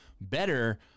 better